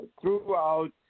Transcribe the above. Throughout